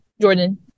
Jordan